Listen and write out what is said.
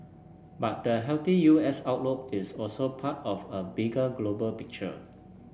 but the healthy U S outlook is also part of a bigger global picture